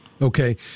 Okay